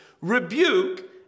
rebuke